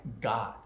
God